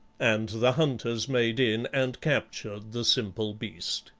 and the hunters made in and captured the simple beast.